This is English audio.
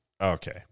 Okay